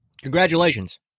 Congratulations